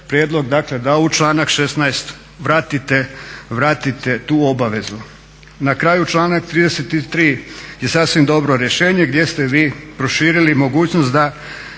da u članak 16.vratite tu obavezu. Na kraju članak 33.je sasvim dobro rješenje gdje ste vi proširili mogućnost da